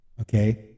Okay